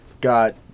got